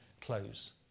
close